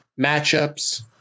matchups